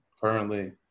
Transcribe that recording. currently